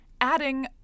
adding